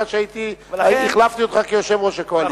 כי החלפתי אותך כיושב-ראש הקואליציה.